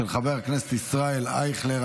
של חבר הכנסת ישראל אייכלר.